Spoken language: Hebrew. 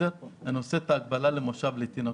אני עושה הקבלה למושב לתינוקות.